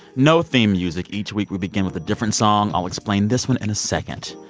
no theme music each week we begin with a different song. i'll explain this one in a second.